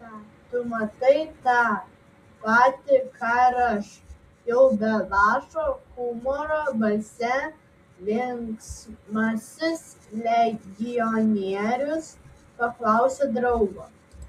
tu matai tą patį ką ir aš jau be lašo humoro balse linksmasis legionierius paklausė draugo